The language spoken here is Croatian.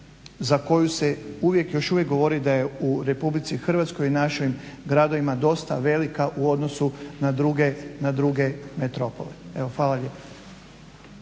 za koju se još uvijek govori da je u Republici Hrvatskoj, našim gradovima dosta velika u odnosu na druge metropole. Hvala lijepa.